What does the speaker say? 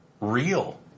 real